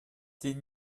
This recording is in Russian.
тем